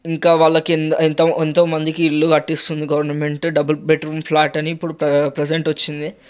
ఇంకా వాళ్ళకి ఎన్ ఎంతో ఎంతో మందికి ఇల్లు కట్టిస్తుంది గవర్నమెంటు డబల్ బెడ్ రూమ్ ఫ్లాటని ఇప్పుడు ప్రెసెంట్ వచ్చింది